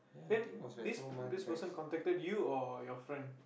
then this this person contacted you or your friend